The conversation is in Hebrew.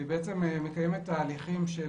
הרשות מקיימת תהליכים של